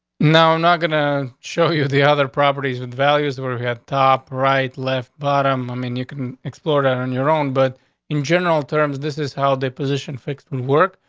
now, i'm not gonna show you the other properties with values we have top right, left bottom. i mean, you can explore that on your own, but in general terms, this is how they position fixed with work.